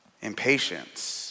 Impatience